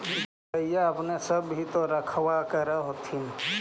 गईया अपने सब भी तो रखबा कर होत्थिन?